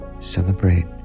celebrate